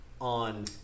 on